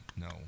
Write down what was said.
No